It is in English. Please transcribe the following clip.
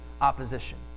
opposition